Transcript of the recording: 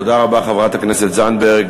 תודה רבה, חברת הכנסת זנדברג.